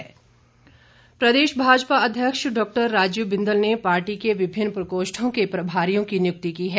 नियक्ति प्रदेश भाजपा अध्यक्ष डॉ राजीव बिंदल ने पार्टी के विभिन्न प्रकोष्ठों के प्रभारियों की नियुक्ति की है